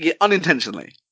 Unintentionally